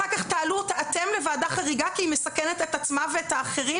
אחר כך תעלו אותה אתם לוועדה חריגה כי היא מסכנת את עצמה ואת האחרים